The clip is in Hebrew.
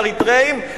אריתריאים,